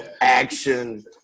Action